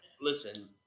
listen